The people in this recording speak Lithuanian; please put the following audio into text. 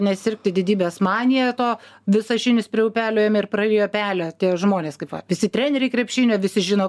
nesirgti didybės manija to visažinis prie upelio ėmė ir prarijo pelę tie žmonės kaip va visi treneriai krepšinio visi žino